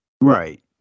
Right